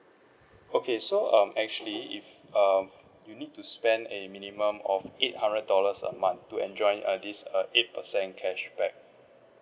okay so um actually if err you need to spend a minimum of eight hundred dollars a month to enjoy on this err eight percent cashback